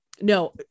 no